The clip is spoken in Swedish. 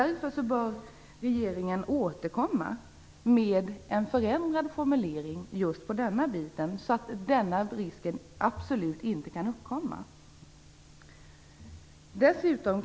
Regeringen bör därför återkomma med en förändrad formulering just i den delen så att den risken inte kan uppkomma.